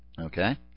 Okay